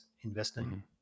investing